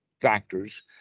factors